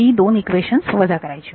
ही दोन इक्वेशन्स वजा करायची